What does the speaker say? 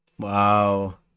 Wow